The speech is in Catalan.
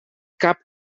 cap